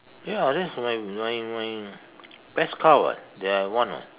ya that's my my my best car [what] that I won [what]